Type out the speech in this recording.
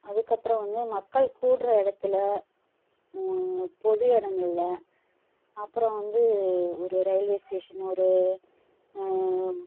அதுக்கப்புறம் வந்து மக்கள் கூடுகிற இடத்துல பொது இடங்கள்ல அப்புறம் வந்து ஒரு ரயில்வே ஸ்டேஷன் ஒரு